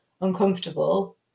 uncomfortable